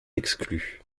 exclu